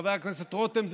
חבר הכנסת רותם,